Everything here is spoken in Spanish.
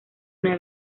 una